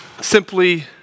simply